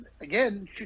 again